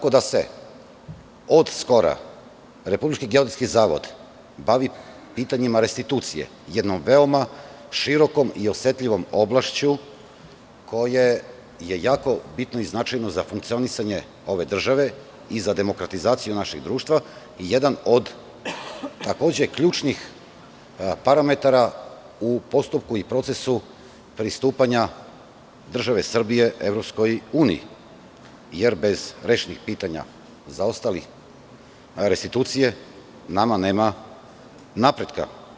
Od skora, Republički geodetski zavod se bavi pitanjima restitucije, jednom veoma širokom i osetljivom oblašću koja je jako bitna i značajna za funkcionisanje ove države i za demokratizaciju našeg društva i jedan od takođe ključnih parametara u postupku i procesu pristupanja države Srbije EU, jer bez rešenih pitanja zaostalih restitucije, nama nema napretka.